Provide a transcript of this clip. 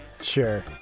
Sure